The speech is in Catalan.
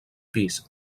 pis